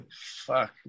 fuck